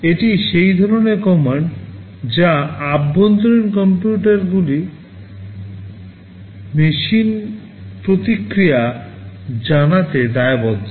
এটি সেই ধরণের কমান্ড যা অভ্যন্তরীণ কম্পিউটারগুলি মেশিন প্রতিক্রিয়া জানাতে দায়বদ্ধ